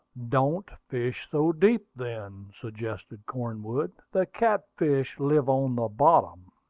don't fish so deep, then, suggested cornwood. the catfish live on the bottom.